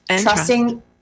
trusting